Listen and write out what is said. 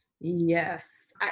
Yes